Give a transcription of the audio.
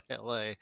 la